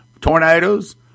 tornadoes